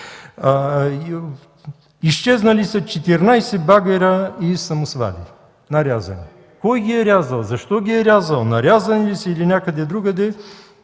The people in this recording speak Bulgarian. Изчезнали са 14 багера и самосвали – нарязани. Кой ги е рязал, защо ги е рязал, нарязани ли са, или са някъде другаде,